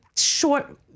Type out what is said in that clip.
Short